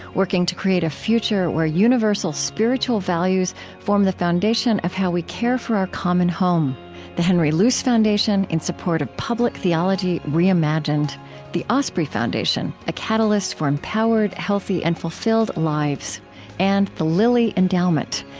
working to create a future where universal spiritual values form the foundation of how we care for our common home the henry luce foundation, in support of public theology reimagined the osprey foundation catalyst for empowered, healthy, and fulfilled lives and the lilly endowment,